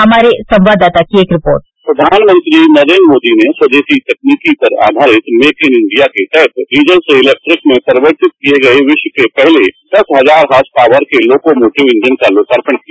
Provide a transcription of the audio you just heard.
हमारे संवाददाता की एक रिपोर्ट प्रधानमंत्री नरेन्द्र मोदी ने स्वदेशी तकनीकी पर आधारित मेक इन इंडिया के तहत डीजल से इलैक्ट्रिक में प्रविष्ट किये गए पहले दस हजार हॉर्त पावर के लोकोमोटो इंजन का लोकार्पण किया